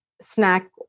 snack